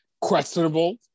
questionable